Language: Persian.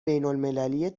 بینالمللی